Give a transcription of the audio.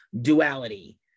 Duality